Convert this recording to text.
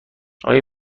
آیا